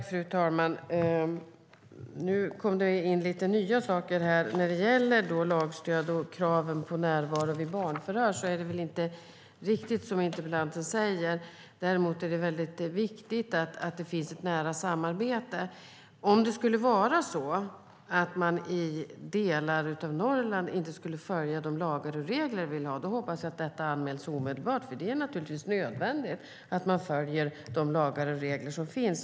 Fru talman! Nu kom det in en del nya saker i debatten. När det gäller lagstöd och kraven på närvaro vid brott mot barn är det väl inte riktigt som interpellanten säger. Det är dock mycket viktigt att det finns ett nära samarbete. Om man i delar av Norrland inte skulle följa de lagar och regler vi har hoppas jag att det omedelbart anmäls. Det är naturligtvis nödvändigt att man följer de lagar och regler som finns.